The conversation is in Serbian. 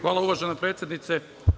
Hvala, uvažena predsednice.